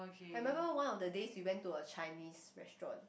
I remember one of the days we went to a Chinese restaurant